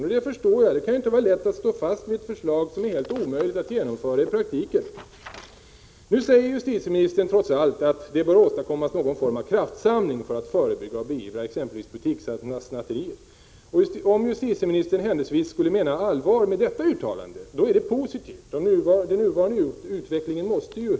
Och det förstår jag — det kan inte vara lätt att stå fast vid ett förslag som är helt omöjligt att genomföra i praktiken. Trots allt säger justitieministern att det bör åstadkommas någon form av kraftsamling för att förebygga och beivra exempelvis butikssnatterier. Om justitieministern händelsevis skulle mena allvar med detta uttalande, då är det positivt. Den nuvarande utvecklingen måste brytas.